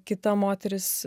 kita moteris